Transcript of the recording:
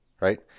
right